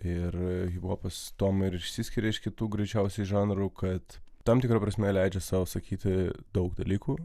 ir hiphopas tuom ir išsiskiria iš kitų greičiausiai žanrų kad tam tikra prasme leidžia sau sakyti daug dalykų